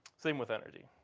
same with energy.